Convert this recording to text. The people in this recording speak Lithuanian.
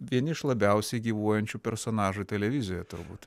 vieni iš labiausiai gyvuojančių personažų televizijoje turbūt